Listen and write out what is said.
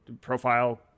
profile